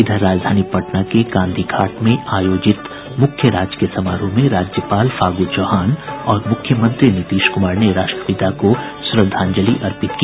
इधर राजधानी पटना के गांधी घाट में आयोजित मुख्य राजकीय समारोह में राज्यपाल फागू चौहान और मुख्यमंत्री नीतीश कुमार ने राष्ट्रपिता को श्रद्धांजलि अर्पित की